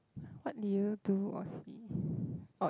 what did you do or see or